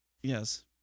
Yes